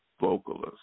vocalist